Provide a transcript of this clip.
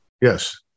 Yes